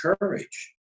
courage